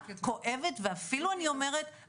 כואבת ואפילו אני אומרת,